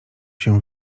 się